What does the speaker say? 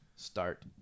Start